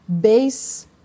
base